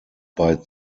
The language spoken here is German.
bei